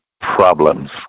problems